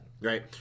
Right